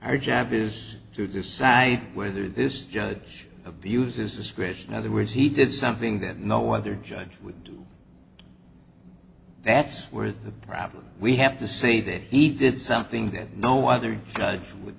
our job is to decide whether this judge abuses discretion other words he did something that no other judge would do that's worth the problem we have to say that he did something that no other